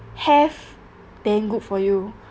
have then good for you